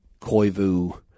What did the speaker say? Koivu